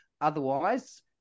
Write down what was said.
otherwise